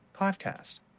podcast